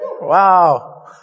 Wow